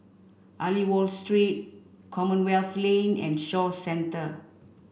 Aliwal Street Commonwealth Lane and Shaw Centre